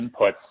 inputs